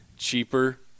cheaper